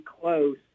close